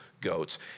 goats